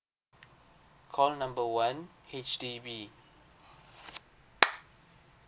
call number one H_D_B